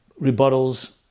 rebuttals